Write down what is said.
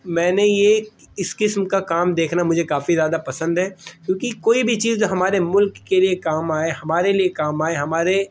میں نے یہ اس قسم کا کام دیکھنا مجھے کافی زیادہ پسند ہے کیونکہ کوئی بھی چیز ہمارے ملک کے لیے کام آئے ہمارے لیے کام آئے ہمارے